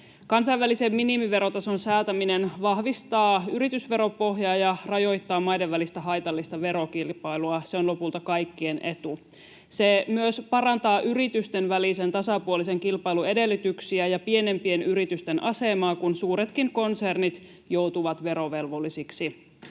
Kansainvälisen minimiverotason säätäminen vahvistaa yritysveropohjaa ja rajoittaa maiden välistä haitallista verokilpailua. Se on lopulta kaikkien etu. Se myös parantaa yritysten välisen tasapuolisen kilpailun edellytyksiä ja pienempien yritysten asemaa, kun suuretkin konsernit joutuvat verovelvollisiksi.